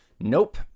Nope